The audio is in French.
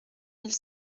mille